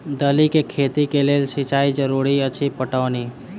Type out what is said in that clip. दालि केँ खेती केँ लेल सिंचाई जरूरी अछि पटौनी?